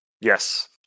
Yes